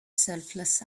selfless